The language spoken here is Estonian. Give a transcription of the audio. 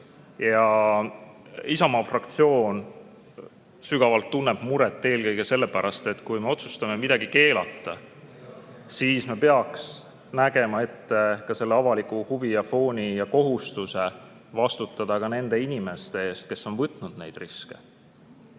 Isamaa fraktsioon tunneb sügavat muret eelkõige selle pärast, et kui me otsustame midagi keelata, siis me peaks nägema ette ka avaliku huvi, fooni ja kohustuse vastutada nende inimeste eest, kes on võtnud neid riske.